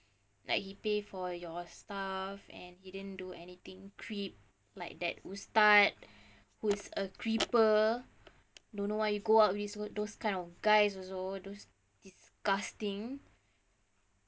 like he pay for your stuff and he didn't do anything creep like that ustaz who is a creeper don't know why you go out with those kind of guys also those disgusting